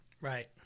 Right